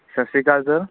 ਸਤਿ ਸ਼੍ਰੀ ਅਕਾਲ ਸਰ